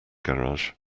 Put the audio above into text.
garage